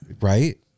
Right